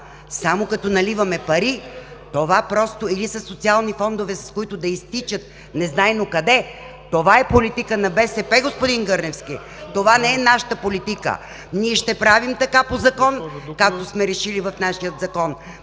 само като наливаме пари, или със социални фондове, с които да изтичат незнайно къде, това е политика на БСП, господин Гърневски. Това не е нашата политика! Ние ще правим така по закон, както сме решили в нашия закон.